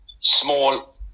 small